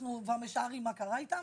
אנחנו כבר משערים מה קרה איתם,